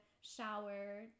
shower